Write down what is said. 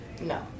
No